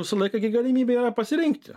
visą laiką gi galimybė yra pasirinkti